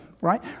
right